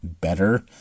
better